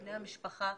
מבני המשפחה,